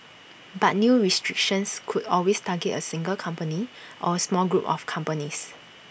but new restrictions could always target A single company or A small group of companies